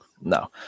no